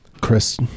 chris